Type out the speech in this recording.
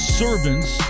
servants